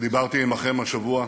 שדיברתי עימכם השבוע,